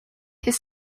his